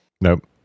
Nope